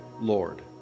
Lord